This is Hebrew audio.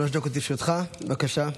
שלוש דקות לרשותך, בבקשה.